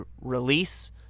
release